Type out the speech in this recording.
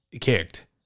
kicked